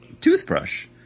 toothbrush